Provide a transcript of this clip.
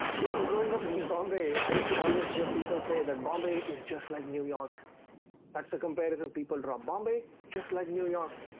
you know growing up in bombay. i used to always hear people say that bombay is just like new york that's the comparison people drop bombay. just like new york,